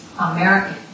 American